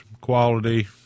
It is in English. quality